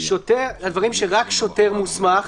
הדברים שרק שוטר מוסמך